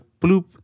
bloop